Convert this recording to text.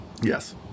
Yes